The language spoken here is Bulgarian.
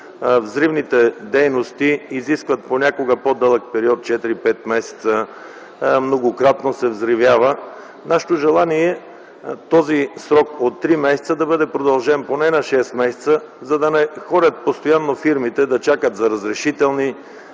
взривните дейности изискват понякога по-дълъг период – четири-пет месеца, многократно се взривява, нашето желание е този срок от три месеца да бъде удължен поне на шест месеца, за да не ходят постоянно фирмите да чакат за разрешителни,